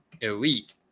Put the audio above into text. elite